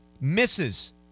misses